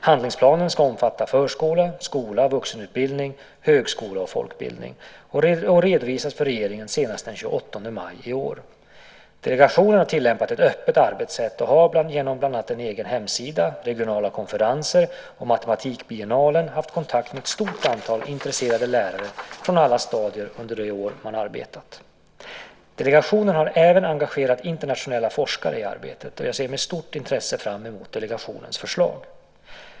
Handlingsplanen ska omfatta förskola, skola, vuxenutbildning, högskola och folkbildning och redovisas för regeringen senast den 28 maj i år. Delegationen har tillämpat ett öppet arbetssätt och har genom bland annat en egen hemsida, regionala konferenser och Matematikbiennalen haft kontakt med ett stort antal intresserade lärare från alla stadier under det år man arbetat. Delegationen har även engagerat internationella forskare i arbetet. Jag ser med stort intresse fram emot delegationens förslag.